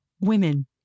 women